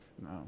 no